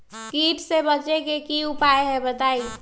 कीट से बचे के की उपाय हैं बताई?